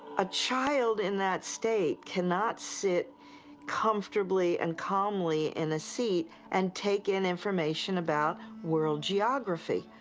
a child in that state cannot sit comfortably and calmly in a seat and take in information about world geography.